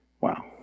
Wow